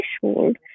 threshold